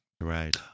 Right